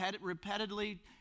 repeatedly